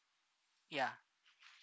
ya